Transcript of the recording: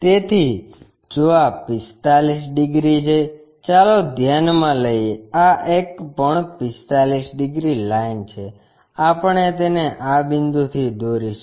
તેથી જો આ 45 ડિગ્રી છે ચાલો ધ્યાનમાં લઈએ આ એક પણ 45 ડિગ્રી લાઈન છે આપણે તેને આ બિંદુથી દોરીશું